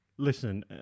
Listen